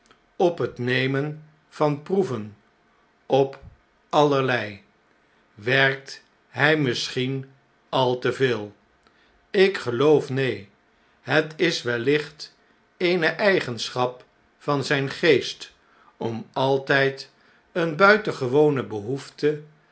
op het nemen van proeven op allerlei werkt hjj misschien al te veel ik geloof neen het is wellicht eene eigenschap van zjjn geest om alttjd een buitengewone behoefte